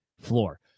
floor